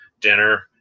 dinner